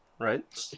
Right